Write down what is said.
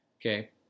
okay